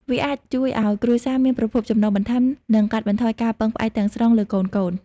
វាអាចជួយឱ្យគ្រួសារមានប្រភពចំណូលបន្ថែម និងកាត់បន្ថយការពឹងផ្អែកទាំងស្រុងលើកូនៗ។